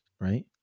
right